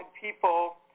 people